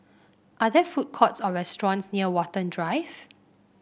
are there food courts or restaurants near Watten Drive